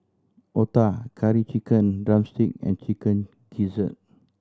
otah Curry Chicken drumstick and Chicken Gizzard